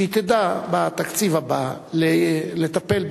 שהיא תדע מה התקציב הבא לטפל בנושא,